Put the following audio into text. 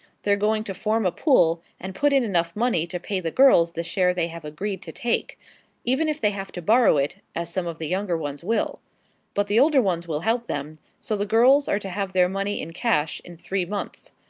they're going to form a pool, and put in enough money to pay the girls the share they have agreed to take even if they have to borrow it, as some of the younger ones will but the older ones will help them so the girls are to have their money in cash, in three months.